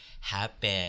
happen